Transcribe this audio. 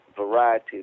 variety